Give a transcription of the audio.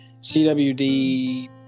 CWD